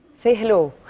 say hello.